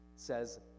Says